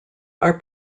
are